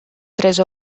tres